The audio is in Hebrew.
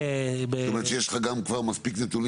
זאת אומרת שיש לך גם כבר מספיק נתונים